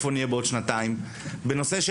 איפה נהיה בעוד שנתיים.